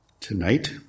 Tonight